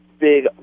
big